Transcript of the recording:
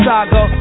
Saga